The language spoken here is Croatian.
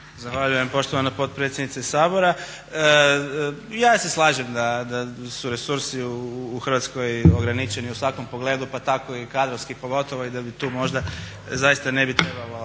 Zahvaljujem poštovana potpredsjednice Sabora. Ja se slažem da su resursi u Hrvatskoj ograničeni u svakom pogledu pa tako i kadrovski, pogotovo i da bi tu možda zaista ne bi trebao